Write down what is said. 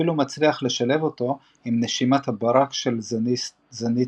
ואפילו מצליח לשלב אותו עם נשימת הברק של זניטסו